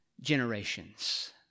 generations